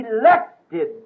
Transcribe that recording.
elected